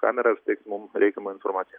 kameras tik mum reikiamą informaciją